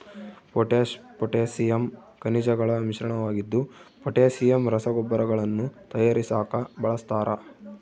potash potassium ಖನಿಜಗಳ ಮಿಶ್ರಣವಾಗಿದ್ದು potassium ರಸಗೊಬ್ಬರಗಳನ್ನು ತಯಾರಿಸಾಕ ಬಳಸ್ತಾರ